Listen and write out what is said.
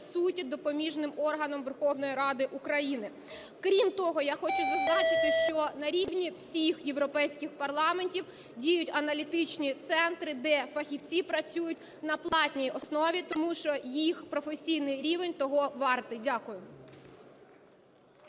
по суті допоміжним органом Верховної Ради України. Крім того, я хочу зазначити, що на рівні всіх європейських парламентів діють аналітичні центри, де фахівці працюють на платній основі, тому що їх професійний рівень того вартий. Дякую.